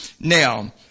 now